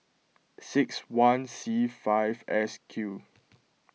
six one C five S Q